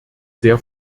sehr